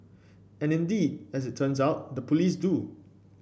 and indeed as it turns out the police do